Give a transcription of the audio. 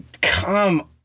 Come